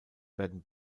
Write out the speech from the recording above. werden